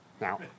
Now